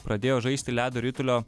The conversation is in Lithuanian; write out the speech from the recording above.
pradėjo žaisti ledo ritulio